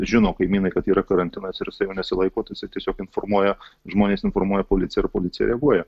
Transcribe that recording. žino kaimynai kad yra karantinas ir jisai jo nesilaiko tai jisai tiesiog informuoja žmonės informuoja policiją ir policija reaguoja